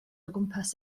ogwmpas